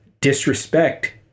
disrespect